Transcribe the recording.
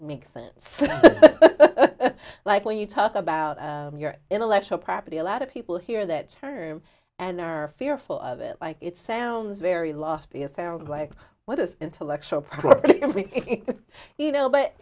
makes sense like when you talk about your intellectual property a lot of people hear that term and are fearful of it it sounds very last be it sounds like what is intellectual property you know but